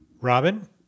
Robin